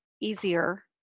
easier